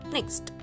Next